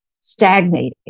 stagnating